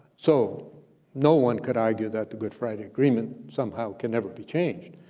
so no one could argue that the good friday agreement somehow can never be changed.